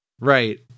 Right